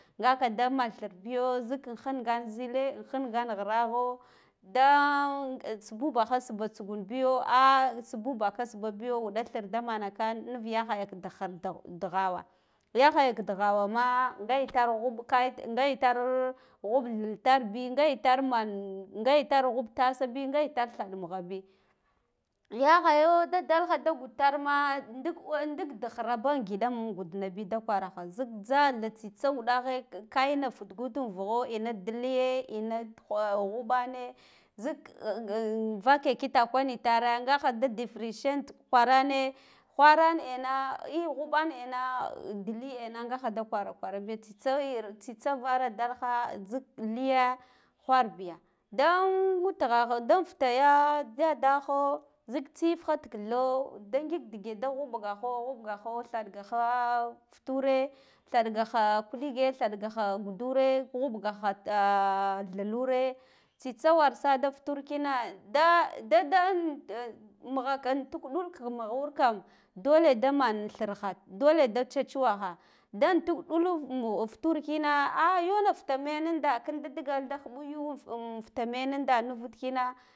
Ngaka da man thirbiyo zik in hungan zile in hingen ghiraho da an subu baha sha tsugunbiyo ahh suku saka sbabiyo uda thir da manaka nuu yahaya ka da das hir ka dighawa yahaya ka dighawo ma nga itar ghuɓ kat nga itar ghuɓ thiltarbi nga itar man nga itar ghuɓ tabi nga ita thud mughabi yahaya da alha da gud ta ma nduk ndila dikshiraba an ngida an gudma bi da kwaraha zik jhatha tsitsa wudahe kaina futgud an vagho ina da liye ina to guɓane zik ak an vake kitakwan ita re ngaha de deferential kwarane wharan ana eh ghuɓan ena ndili ena ngha da kwara kwarabiya tsitsa era tsitsa a vara dalha zik liya wharbiya dann watigha dan futaya dadda gha zina tsifha tikitha da ngig ndige da ghuɓaho, ba bgaho thaɗ gaha future thaɗ gaha kuɗige thaɗgaha gadure ghubha thiure bsi itsa bar sada futurkina da dadda amm magha kam an twa ɗul mughur kam dole dam an thirha dole da man tsetsuwaha dan an tuk dul ma futur kina a yona futa men anda kinda da digal da huɓugu ee an futa menanda muvud kina